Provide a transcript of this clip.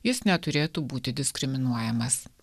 jis neturėtų būti diskriminuojamas